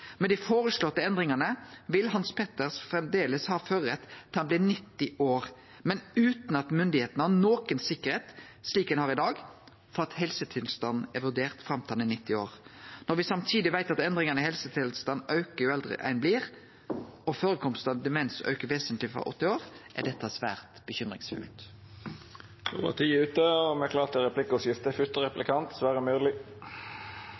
Med dei føreslåtte endringane vil Hans Petter framleis ha førarrett til han vert 90 år, men utan at myndigheitene har noka sikkerheit, slik ein har i dag, for at helsetilstanden er vurdert fram til han er 90 år. Når me samtidig veit at endringane i helsetilstanden aukar jo eldre ein vert, og førekomsten av demens aukar vesentleg frå 80 år, er dette svært